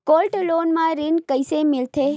Gold loan म ऋण कइसे मिलथे?